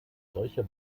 solcher